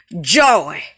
joy